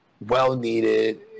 well-needed